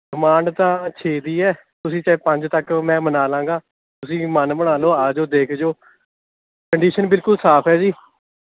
demand ਤਾਂ ਛੇ ਦੀ ਹੈ ਤੁਸੀਂ ਚਾਹੇ ਪੰਜ ਤੱਕ ਮੈਂ ਮਨਾ ਲਵਾਂਗਾ ਤੁਸੀਂ ਮਨ ਬਣਾ ਲਉ ਆ ਜਾਓ ਦੇਖ ਜੋ ਕੰਡੀਸ਼ਨ ਬਿਲਕੁਲ ਸਾਫ਼ ਹੈ ਜੀ